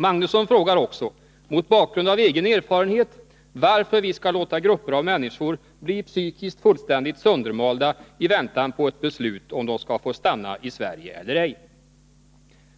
Magnusson frågar också, mot bakgrund av egen erfarenhet, varför vi skall låta grupper av människor bli psykiskt fullständigt söndermalda i väntan på ett beslut om de skall få